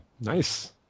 Nice